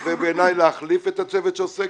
ובעיניי להחליף את הצוות שעוסק.